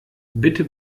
bitte